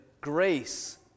grace